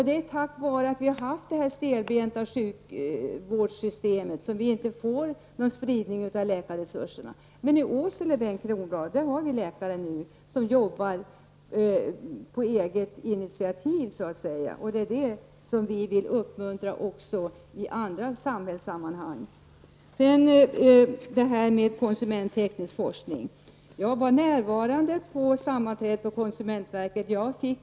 Det är ju till följd av det stelbenta sjukvårdssystemet som vi inte får någon spridning av läkarresurserna. Men i Åsele, Bengt Kronblad, har vi numera läkare som jobbar på eget initiativ så att säga. Det är något som vi vill uppmuntra också i andra samhällssammanhang. Så till frågan om konsumentteknisk forskning. Jag var närvarande vid det sammanträde på konsumentverket som behandlade denna fråga.